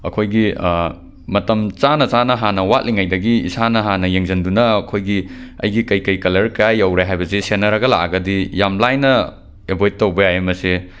ꯑꯩꯈꯣꯏꯒꯤ ꯃꯇꯝ ꯆꯥꯅ ꯆꯥꯅ ꯍꯥꯟꯅ ꯋꯥꯠꯂꯤꯉꯩꯗꯒꯤ ꯏꯁꯥꯅ ꯍꯥꯟꯅ ꯌꯦꯡꯁꯤꯟꯗꯨꯅ ꯑꯩꯈꯣꯏꯒꯤ ꯑꯩꯒꯤ ꯀꯩ ꯀꯩ ꯀꯂꯔ ꯀꯔꯥꯏ ꯌꯧꯔꯦ ꯍꯥꯏꯕꯁꯦ ꯁꯦꯟꯅꯔꯒ ꯂꯥꯛꯑꯒꯗꯤ ꯌꯥꯝꯅ ꯂꯥꯏꯅ ꯑꯦꯕꯣꯏꯠ ꯇꯧꯕ ꯌꯥꯏꯌꯦ ꯃꯁꯦ